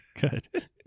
good